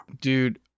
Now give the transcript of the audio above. dude